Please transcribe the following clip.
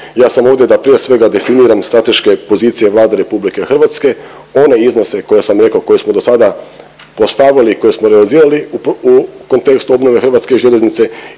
ja sam ovdje da prije svega definiram strateške pozicije Vlade RH. One iznose koje sam rekao koje smo dosada postavili i koje smo realizirali u kontekstu obnove Hrvatske željeznice